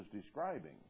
describing